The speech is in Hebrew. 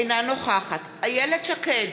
אינה נוכחת איילת שקד,